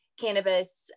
cannabis